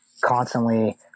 constantly